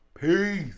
Peace